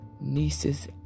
nieces